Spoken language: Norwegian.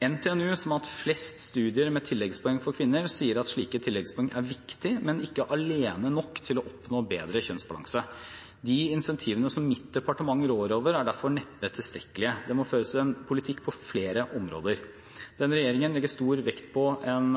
NTNU, som har hatt flest studier med tilleggspoeng for kvinner, sier at slike tilleggspoeng er viktig, men ikke alene nok til å oppnå bedre kjønnsbalanse. De incentivene som mitt departement rår over, er derfor neppe tilstrekkelige. Det må føres en politikk på flere områder. Denne regjeringen legger stor vekt på en